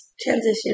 transition